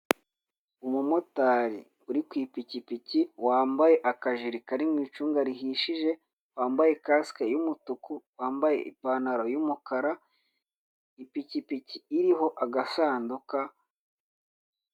Umumotari uri ku ipikipiki wambaye akajiri kari mu icunga rihishije, wambaye kasike t'umutuku wambaye ipantaro y'umukara, ipikipiki iriho agasanduka,